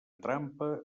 trampa